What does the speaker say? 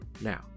now